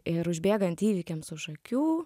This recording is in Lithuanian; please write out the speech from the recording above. ir užbėgant įvykiams už akių